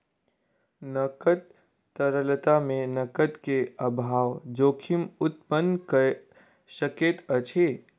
नकद तरलता मे नकद के अभाव जोखिम उत्पन्न कय सकैत अछि